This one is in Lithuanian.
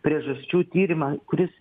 priežasčių tyrimą kuris